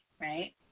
Right